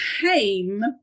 came